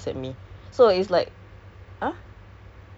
ya it's just like is this at tuas